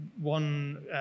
One